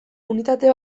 unitate